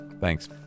Thanks